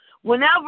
Whenever